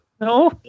No